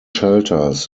shelters